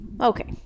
Okay